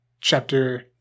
chapter